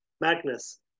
Magnus